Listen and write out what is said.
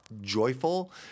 joyful